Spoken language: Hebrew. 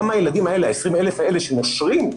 גם הילדים האלה, ה-20,000 האלה שנושרים,